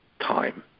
time